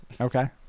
Okay